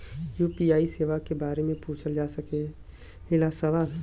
UPI सेवा के बारे में पूछ जा सकेला सवाल?